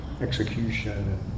execution